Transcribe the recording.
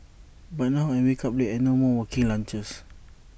but now I wake up late and no more working lunches